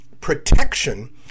protection